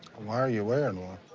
why are you wearing one?